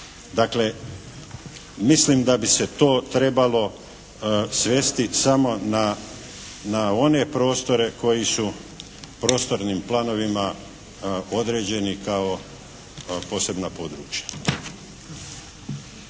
Dakle, mislim da bi se to trebalo svesti samo na one prostore koji su prostornim planovima određeni kao posebna područja.